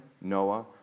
Noah